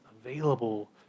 available